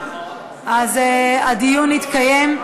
אז הדיון יתקיים,